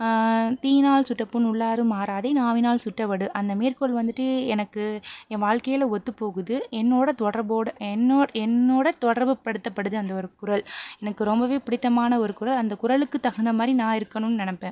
தீயினாற் சுட்டப்புண் உள்ளாறும் ஆறாதே நாவினாற் சுட்ட வடு அந்த மேற்கோள் வந்துட்டு எனக்கு என் வாழ்க்கையில் ஒத்துப்போகுது என்னோடு தொடர்போடு என்னோ என்னோடு தொடர்புப் படுத்தப்படுது அந்த ஒரு குறள் எனக்கு ரொம்ப பிடித்தமான ஒரு குறள் அந்த குறளுக்கு தகுந்தமாரி நான் இருக்கணும்னு நெனைப்பேன்